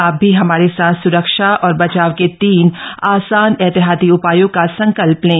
आप भी हमारे साथ स्रक्षा और बचाव के तीन आसान एहतियाती उपायों का संकल्प लें